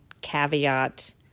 caveat